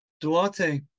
Duarte